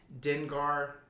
Dengar